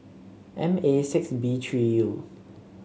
M A six B three U